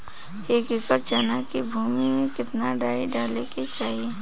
एक एकड़ चना के भूमि में कितना डाई डाले के चाही?